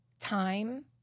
Time